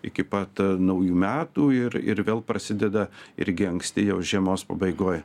iki pat naujų metų ir ir vėl prasideda irgi anksti jau žiemos pabaigoj